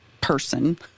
person